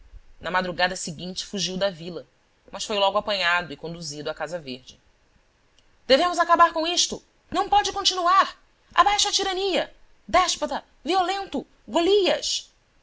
na madrugada seguinte fugiu da vila mas foi logo apanhado e conduzido à casa verde devemos acabar com isto não pode continuar abaixo a tirania déspota violento golias